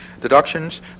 Deductions